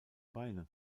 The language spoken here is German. beine